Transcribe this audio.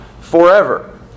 forever